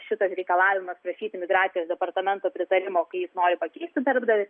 šitas reikalavimas prašyti migracijos departamento pritarimo kai jis nori pakeisti darbdavį